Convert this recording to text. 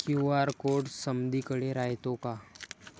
QR code समदीकडे रायतो का?